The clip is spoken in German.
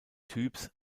typs